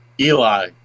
Eli